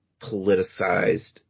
politicized